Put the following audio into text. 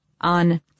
on